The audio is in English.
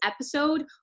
episode